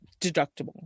deductible